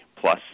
plus